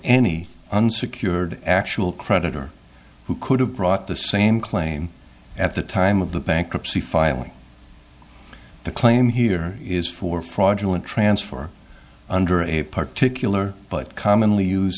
any unsecured actual creditor who could have brought the same claim at the time of the bankruptcy filing the claim here is for fraudulent transfer under a particular but commonly used